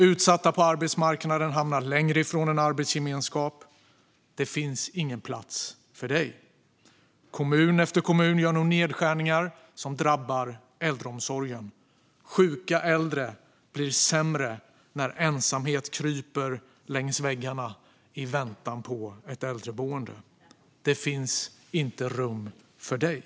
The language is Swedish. Utsatta på arbetsmarknaden hamnar längre från en arbetsgemenskap. Det finns ingen plats för dig. Kommun efter kommun gör nu nedskärningar som drabbar äldreomsorgen. Sjuka äldre blir sämre när ensamhet kryper längs väggarna i väntan på ett äldreboende. Det finns inte rum för dig.